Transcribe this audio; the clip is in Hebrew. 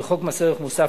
בחוק מס ערך מוסף,